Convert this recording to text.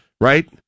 right